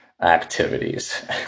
activities